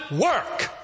work